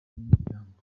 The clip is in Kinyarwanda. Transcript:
n’umuryango